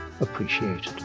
appreciated